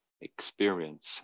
experience